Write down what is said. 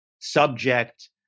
subject